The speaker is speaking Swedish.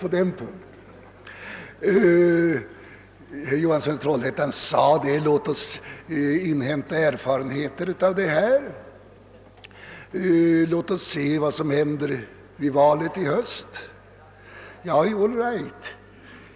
Herr Johansson sade: Låt oss inhämta erfarenheter av den nya ordningen, låt oss se vad som händer vid valet i höst. All right!